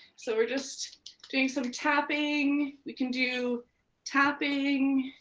so we're just doing some tapping. we can do tapping.